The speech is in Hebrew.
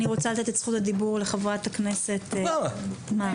אני רוצה את זכות הדיבור לחברת הכנסת --- מה?